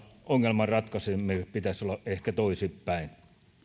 ongelman ratkaisemiseksi pitäisi olla ehkä toisinpäin